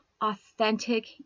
authentic